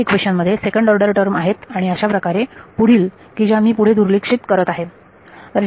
पहिल्या इक्वेशन मध्ये second order term आहेत आणि अशाप्रकारे पुढील की ज्या मी पुढे दुर्लक्षित करत आहे